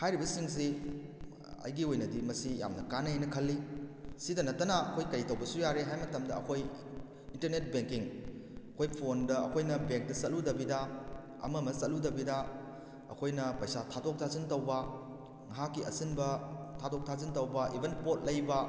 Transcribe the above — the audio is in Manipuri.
ꯍꯥꯏꯔꯤꯕꯁꯤꯡꯁꯤ ꯑꯩꯒꯤ ꯑꯣꯏꯅꯗꯤ ꯃꯁꯤ ꯌꯥꯝꯅ ꯀꯥꯟꯅꯩ ꯍꯥꯏꯅ ꯈꯜꯂꯤ ꯑꯁꯤꯇ ꯅꯠꯇꯅ ꯑꯩꯈꯣꯏ ꯀꯔꯤ ꯇꯧꯕꯁꯨ ꯌꯥꯔꯦ ꯍꯥꯏꯕ ꯃꯇꯝꯗ ꯑꯩꯈꯣꯏ ꯏꯟꯇꯔꯅꯦꯠ ꯕꯦꯡꯀꯤꯡ ꯑꯩꯈꯣꯏ ꯐꯣꯟꯗ ꯑꯩꯈꯣꯏ ꯕꯦꯡꯇ ꯆꯠꯂꯨꯗꯕꯤꯗ ꯑꯃꯃ ꯆꯠꯂꯨꯗꯕꯤꯗ ꯑꯩꯈꯣꯏꯅ ꯄꯩꯁꯥ ꯊꯥꯗꯣꯛ ꯊꯥꯖꯤꯟ ꯇꯧꯕ ꯉꯥꯏꯍꯥꯛꯀꯤ ꯑꯆꯤꯟꯕ ꯊꯥꯗꯣꯛ ꯊꯥꯖꯤꯟ ꯇꯧꯕ ꯏꯕꯟ ꯄꯣꯠ ꯂꯩꯕ